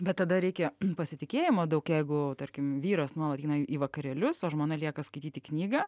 bet tada reikia pasitikėjimo daug jeigu tarkim vyras nuolat eina į vakarėlius o žmona lieka skaityti knygą